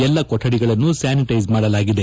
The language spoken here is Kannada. ಎಲ್ಲಾ ಕೊಠಡಿಗಳನ್ನು ಸ್ಥಾನಿಟೈಸ್ ಮಾಡಲಾಗಿದೆ